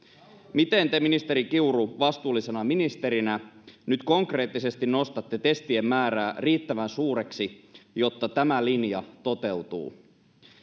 miten te ministeri kiuru vastuullisena ministerinä nyt konkreettisesti nostatte testien määrää riittävän suureksi jotta tämä linja toteutuu